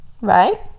right